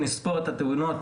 אם נספור את התאונות,